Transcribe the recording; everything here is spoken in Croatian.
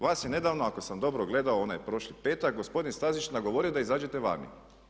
Vas se nedavno ako sam dobro gledao onaj prošli petak gospodin Stazić nagovorio da izađete vani.